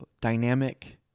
dynamic